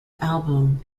album